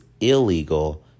illegal